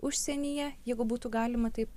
užsienyje jeigu būtų galima taip